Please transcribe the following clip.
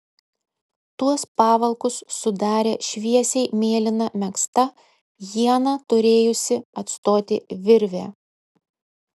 tuos pavalkus sudarė šviesiai mėlyna megzta ieną turėjusi atstoti virvė